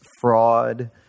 fraud